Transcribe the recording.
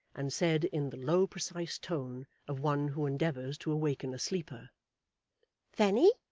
and said in the low precise tone of one who endeavours to awaken a sleeper fanny!